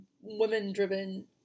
women-driven